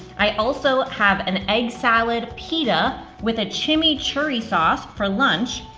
i also have an egg salad pita with a chimichurri sauce for lunch,